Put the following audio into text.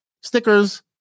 stickers